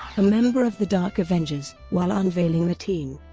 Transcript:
a member of the dark avengers, while unveiling the team.